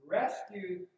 rescued